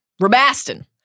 Robaston